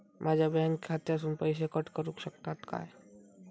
माझ्या बँक खात्यासून पैसे कट करुक शकतात काय?